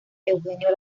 eugenio